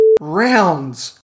rounds